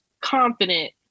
confident